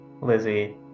lizzie